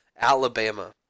Alabama